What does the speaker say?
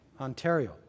Ontario